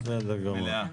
בסדר גמור.